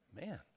Man